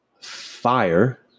fire